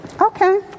Okay